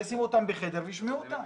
ישימו אותם בחדר וישמעו אותם.